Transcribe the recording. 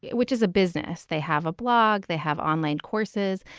which is a business they have a blog. they have online courses.